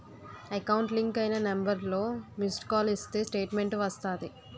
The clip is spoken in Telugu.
ఎకౌంట్ లింక్ అయిన నెంబర్తో మిస్డ్ కాల్ ఇస్తే స్టేట్మెంటు వస్తాది